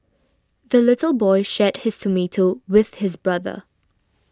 the little boy shared his tomato with his brother